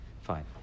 Fine